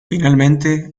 finalmente